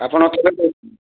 ଆପଣ କେବେ